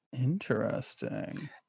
Interesting